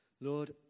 Lord